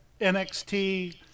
NXT